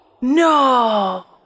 no